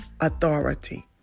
authority